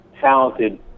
talented